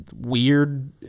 weird